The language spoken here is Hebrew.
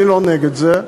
אני לא נגד זה,